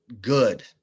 good